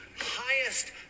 highest